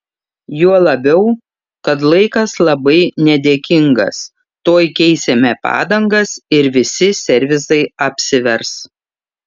juo labiau kad laikas labai nedėkingas tuoj keisime padangas ir visi servisai apsivers